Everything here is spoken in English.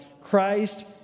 Christ